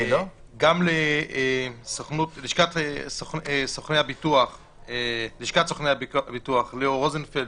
גם ללשכת סוכני הביטוח, ליאור רוזנפלד